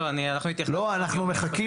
הבנתי, אתה מגן